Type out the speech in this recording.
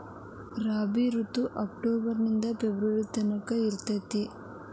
ರಾಬಿ ಋತು ಅಕ್ಟೋಬರ್ ನಿಂದ ಫೆಬ್ರುವರಿ ತನಕ ಇರತೈತ್ರಿ